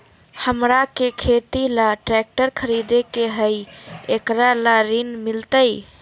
हमरा के खेती ला ट्रैक्टर खरीदे के हई, एकरा ला ऋण मिलतई?